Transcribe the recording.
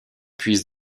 puise